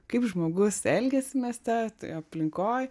kaip žmogus elgiasi mieste toj aplinkoj